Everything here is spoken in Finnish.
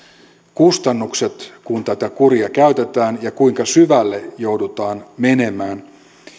kustannukset kun tätä kuria käytetään ja kuinka syvälle joudutaan menemään